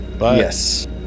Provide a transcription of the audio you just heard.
Yes